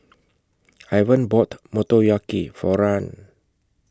Ivan bought Motoyaki For Rahn